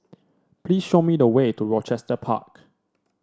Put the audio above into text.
please show me the way to Rochester Park